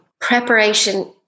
Preparation